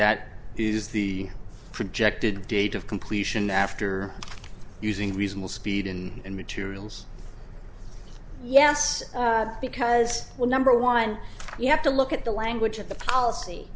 that is the projected date of completion after using reasonable speed and materials yes because well number one you have to look at the language of the policy